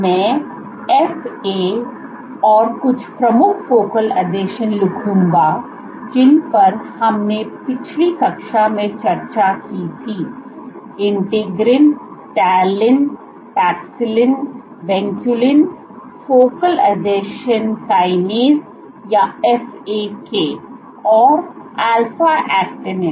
मैं एफए और कुछ प्रमुख फोकल आसंजन लिखूंगा जिन पर हमने पिछली कक्षा में चर्चा की थी इंटिंसिन integrin talin paxillin vinculin focal आसंजन किनसे या FAK और अल्फा एक्टिनिन